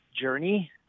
journey